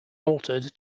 altered